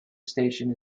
station